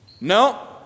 No